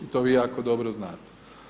I to vi jako dobro znate.